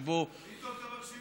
פתאום אתה מקשיב